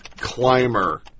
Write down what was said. Climber